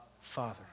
Father